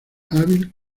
hábil